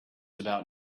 about